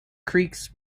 creaks